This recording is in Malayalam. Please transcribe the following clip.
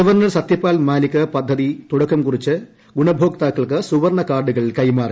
ഗവർണ്ണർ സത്യപാൽ മാലിക് പദ്ധതിക്ക് തുടക്കം കുറിച്ച് ഗുണഭോക്താ ക്കൾക്ക് സുവർണ്ണ കാർഡുകൾ കൈമാറി